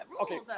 okay